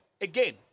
again